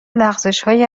لغزشهای